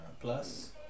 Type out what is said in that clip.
Plus